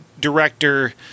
director